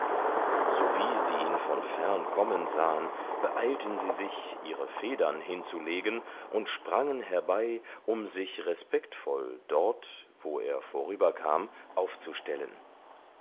sowie sie ihn von fern kommen sahen beeilten sie sich ihre federn hinzulegen und sprangen herbei um sich respektvoll dort wo er vorüberkam aufzustellen